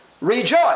Rejoice